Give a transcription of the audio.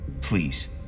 Please